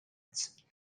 ads